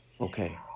Okay